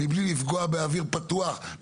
מבלי לפגוע באוויר פתוח,